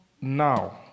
now